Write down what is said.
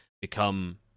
become